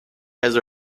has